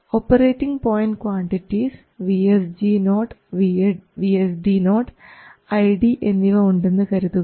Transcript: operating point quantities VSG0 VSD0 ID എന്നിവ ഉണ്ടെന്നു കരുതുക